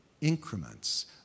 increments